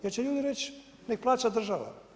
Jer će ljudi reći nek plaća država.